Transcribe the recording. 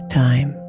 time